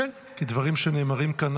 כי דברים שנאמרים כאן,